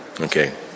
Okay